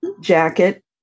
jacket